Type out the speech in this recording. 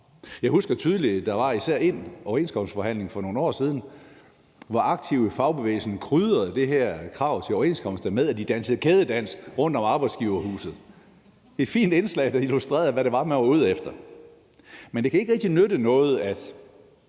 Jeg husker især en overenskomstforhandling for nogle år siden, hvor aktive i fagbevægelsen krydrede det her krav til overenskomsten med, at de dansede kædedans rundt om arbejdsgiverhuset. Det var et fint indslag, der illustrerede, hvad det var, man var ude efter. Men det kan ikke rigtig nytte noget, at